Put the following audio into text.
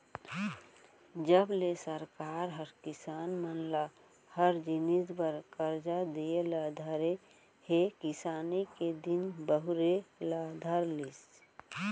जब ले सरकार ह किसान मन ल हर जिनिस बर करजा दिये ल धरे हे किसानी के दिन बहुरे ल धर लिस